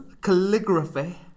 calligraphy